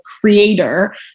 creator